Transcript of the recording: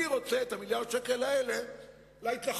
אני רוצה את המיליארד שקל האלה להתנחלויות,